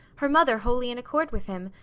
her mother wholly in accord with him,